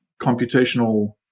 computational